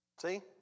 See